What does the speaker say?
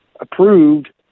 approved